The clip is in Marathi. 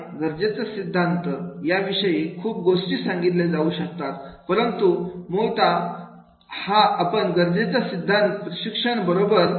गरजेचा सिद्धांत या विषयी खूप गोष्टी सांगितल्या जाऊ शकतात परंतु मुळतः हा आपण गरजेच्या सिद्धांताचा प्रशिक्षण बरोबर लक्ष देऊया